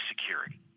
security